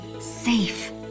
safe